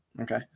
okay